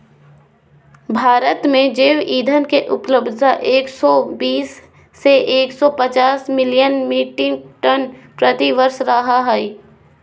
भारत में जैव ईंधन के उपलब्धता एक सौ बीस से एक सौ पचास मिलियन मिट्रिक टन प्रति वर्ष होबो हई